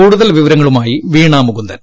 കൂടുതൽ വിവരങ്ങളുമായി വീണാമുകുന്ദൻ